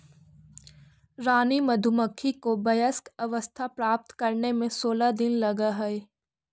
रानी मधुमक्खी को वयस्क अवस्था प्राप्त करने में सोलह दिन लगह हई